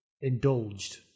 indulged